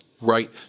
Right